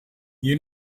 you